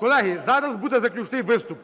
Колеги, зараз буде заключний виступ.